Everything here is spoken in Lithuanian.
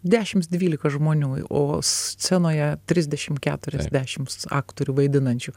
dešimt dvylika žmonių o scenoje trisdešimt keturiasdešimt aktorių vaidinančių